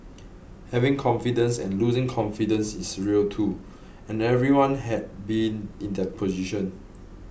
having confidence and losing confidence is real too and everyone has been in that position